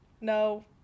No